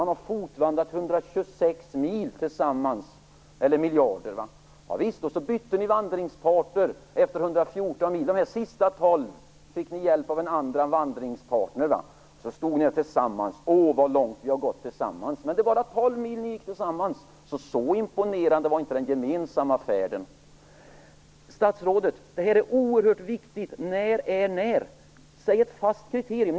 Man har fotvandrat 126 mil - eller miljarder - tillsammans. Ni bytte vandringspartner efter 114 mil. De sista 12 fick ni hjälp av en annan vandringspartner. Så stod ni där och tyckte att ni hade gått lång väg tillsammans. Men det var bara 12 mil ni gick tillsammans! Så imponerande var inte den gemensamma färden. Detta är oerhört viktigt, statsrådet. När skall vi satsa mer på vård och omsorg och börja nyanställa? Nämn ett fast kriterium!